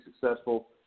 successful